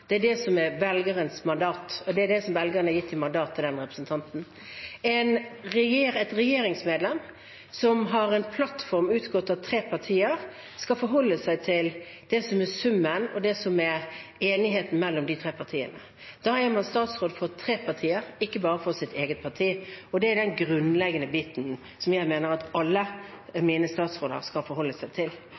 det som står i det stortingsprogrammet. Det er det som er velgernes mandat, det er det mandatet velgerne har gitt til den representanten. Et regjeringsmedlem som har en plattform utgått av tre partier, skal forholde seg til det som er summen og det som er enigheten mellom de tre partiene. Da er man statsråd for tre partier, ikke bare for sitt eget parti, og det er den grunnleggende biten som jeg mener alle mine statsråder skal forholde seg til.